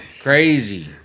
Crazy